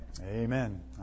Amen